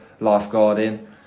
lifeguarding